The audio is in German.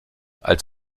als